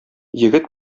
егет